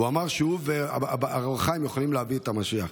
הוא אמר שהוא ואור החיים יכולים להביא את המשיח.